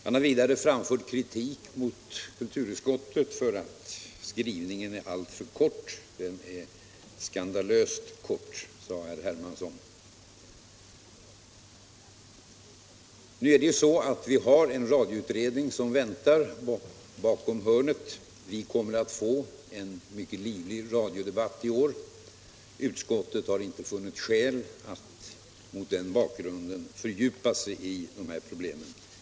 Han har vidare framfört kritik mot kulturutskottet för att skrivningen är alltför kort — den är skandalöst kort, sade herr Hermansson. Nu har vi en radioutredning som väntar bakom hörnet. Vi kommer att få en mycket livlig radiodebatt i vår. Utskottet har inte funnit skäl att mot den bakgrunden fördjupa sig i dessa problem.